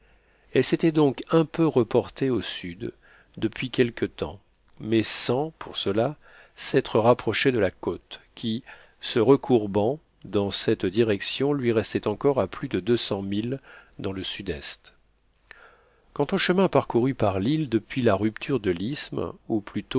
elle s'était donc un peu reportée au sud depuis quelque temps mais sans pour cela s'être rapprochée de la côte qui se recourbant dans cette direction lui restait encore à plus de deux cents milles dans le sud-est quant au chemin parcouru par l'île depuis la rupture de l'isthme ou plutôt